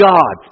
God